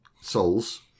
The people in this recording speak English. Souls